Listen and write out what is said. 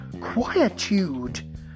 quietude